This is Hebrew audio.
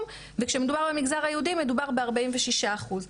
וכשמדובר במגזר היהודי מדובר ב-46 אחוז.